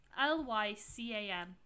l-y-c-a-n